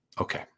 okay